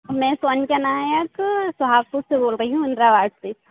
मैं सोनिका नायक सुहागपुर से बोल रही हूँ इंद्रा वार्ड से